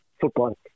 football